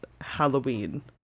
Halloween